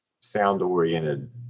sound-oriented